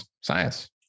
science